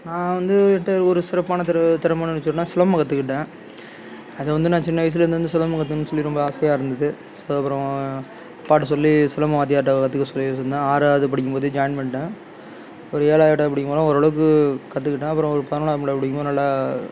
நான் வந்து என்கிட்ட ஒரு சிறப்பான திற திறமை என்னனு சொன்னால் சிலம்பம் கற்றுக்கிட்டேன் அதை வந்து நான் சின்ன வயசுலேருந்து வந்து சிலம்பம் கற்றுக்குணும்னு சொல்லி ரொம்ப ஆசையாக இருந்தது ஸோ அப்புறம் பார்த்து அப்பாகிட்ட சிலம்பம் வாத்தியார்கிட்ட சொல்லிருந்தேன் ஆறாவது படிக்கும் போதே ஜாயின் பண்ணிவிட்டேன் ஒரு ஏழாவது எட்டாவது படிக்கும் போதெல்லாம் ஓரளவுக்கு கற்றுக்கிட்டேன் அப்புறம் ஒரு பதினொன்னாவது பன்னெண்டாவது படிக்கும் போது நல்லா